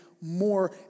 more